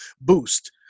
boost